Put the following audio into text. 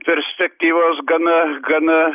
perspektyvos gana gana